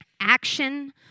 Action